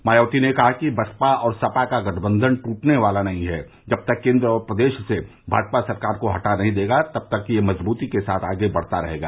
मायावती ने कहा कि बसपा और सपा का गठबंधन ट्टने वाला नहीं है जब तक केन्द्र और प्रदेश से भाजपा सरकार को हटा नहीं देगा तब तक यह मजबूती के साथ आगे बढ़ता रहेगा